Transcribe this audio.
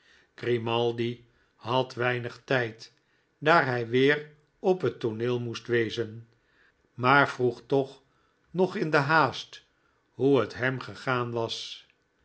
grimaldi had weinig tyd daar hy weer op het tooneel moest wezen maar vroeg toch nog in de haast hoe het hem gegaan was